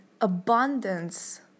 abundance